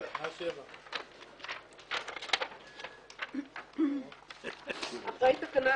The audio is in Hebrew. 7. אחרי תקנה